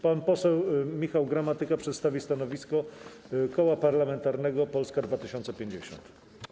Pan poseł Michał Gramatyka przedstawi stanowisko Koła Parlamentarnego Polska 2050.